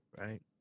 right